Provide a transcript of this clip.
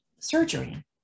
surgery